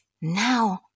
now